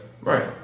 Right